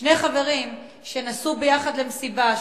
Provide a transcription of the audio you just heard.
שני חברים שנסעו יחד למסיבה,